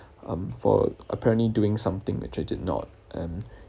um for apparently doing something which I did not earn